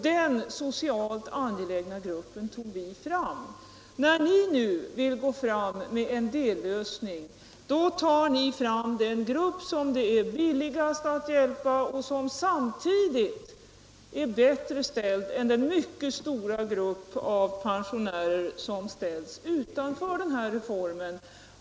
Den socialt angelägna gruppen förde vi alltså fram. När ni nu vill gå fram med en dellösning för ni fram den grupp som det är billigast att hjälpa och som samtidigt är i ett bättre läge än den mycket stora grupp av pensionärer som ställs utanför den här reformen.